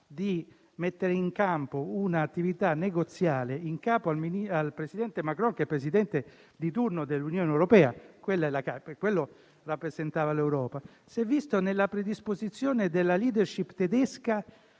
di mettere in campo una attività negoziale in capo al presidente Macron, che è Presidente di turno dell'Unione europea e per questo rappresentava l'Europa. Si è visto nella predisposizione della *leadership* tedesca